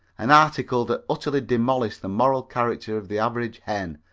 an article that utterly demolished the moral character of the average hen,